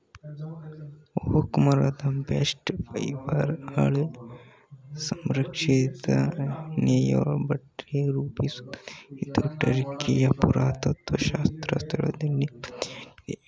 oak ಮರದ bast fibre ಹಳೆ ಸಂರಕ್ಷಿತ ನೇಯ್ದಬಟ್ಟೆ ರೂಪಿಸುತ್ತೆ ಇದು ಟರ್ಕಿಯ ಪುರಾತತ್ತ್ವಶಾಸ್ತ್ರ ಸ್ಥಳದಲ್ಲಿ ಪತ್ತೆಯಾಗಿದೆ